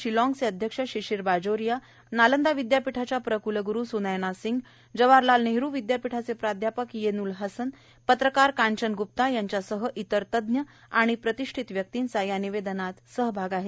शिलॉगचे अध्यक्ष शीशिर बाजोरिया नालंदा विद्यापीठाच्या प्रकलग्रू सुनैना सिंग जवाहरलाल नेहरू विद्यापीठाचे प्राध्यापक येन्ल हसन पत्रकार कांचन ग्प्ता यांच्यासह इतर तज्ज्ञ आणि प्रतिष्ठित व्यक्तींचा या निवेदनात सहभाग आहे